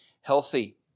healthy